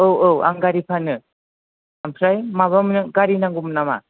औ औ आं गारि फानो ओमफ्राय माबा गारि नांगौमोन नामा